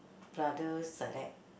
brothers like that